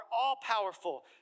all-powerful